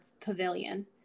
Pavilion